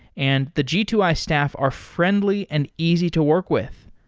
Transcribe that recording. and the g two i staff are friendly and easy to work with.